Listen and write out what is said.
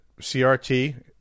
CRT